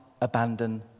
abandon